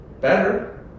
Better